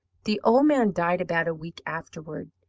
the old man died about a week afterward,